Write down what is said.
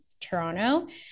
Toronto